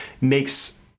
makes